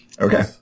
okay